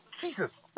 Jesus